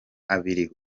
abiri